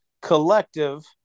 collective